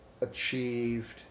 achieved